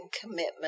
commitment